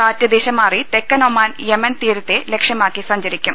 കാറ്റ് ദിശമാറി തെക്കൻ ഒമാൻ യെമൻ തീരത്തെ ലക്ഷ്യമാക്കി സഞ്ചരിക്കും